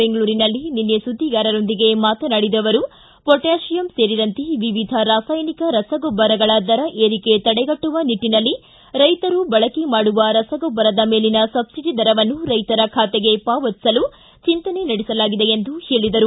ಬೆಂಗಳೂರಿನಲ್ಲಿ ನಿನ್ನೆ ಸುದ್ವಿಗಾರರೊಂದಿಗೆ ಮಾತನಾಡಿದ ಅವರು ಮೊಟಾಶಿಯಂ ಸೇರಿದಂತೆ ವಿವಿಧ ರಾಸಾಯನಿಕ ರಸಗೊಬ್ಬರಗಳ ದರ ಏರಿಕೆ ತಡೆಗಟ್ಟುವ ನಿಟ್ಟನಲ್ಲಿ ರೈತರು ಬಳಕೆ ಮಾಡುವ ರಸಗೊಬ್ಬರದ ಮೇಲಿನ ಸಬ್ಲಡಿ ದರವನ್ನು ರೈತರ ಖಾತೆಗೆ ಪಾವತಿಸಲು ಚಿಂತನೆ ನಡೆಸಲಾಗಿದೆ ಎಂದು ಹೇಳಿದರು